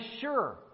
sure